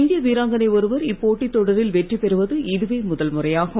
இந்திய வீராங்கனை ஒருவர் இப்போட்டித் தொடரில் வெற்றி பெறுவது இதுவே முதல் முறையாகும்